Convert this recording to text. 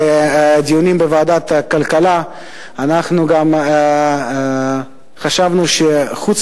בדיונים בוועדת הכלכלה גם חשבנו שחוץ